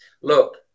Look